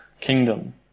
kingdom